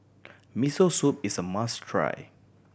Miso Soup is a must try